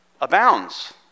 abounds